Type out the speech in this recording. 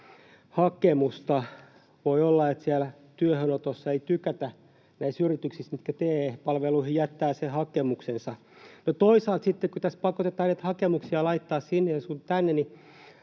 hakemusta. Voi olla, että siellä työhönotossa ei tykätä, näissä yrityksissä, mitkä TE-palveluihin jättävät sen hakemuksensa. No, toisaalta sitten, kun tässä pakotetaan näitä hakemuksia laittamaan sinne sun tänne,